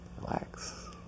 relax